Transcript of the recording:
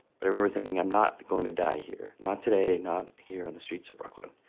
but i remember thinking, i'm not going to die here. not today. not here on the streets of brooklyn.